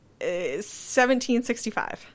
1765